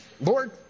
Lord